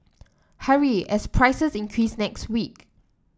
hurry as prices increase next week